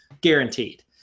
guaranteed